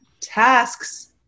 tasks